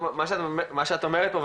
מה שאת אומרת פה,